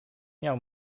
miał